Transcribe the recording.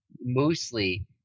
mostly